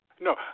No